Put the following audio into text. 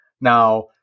now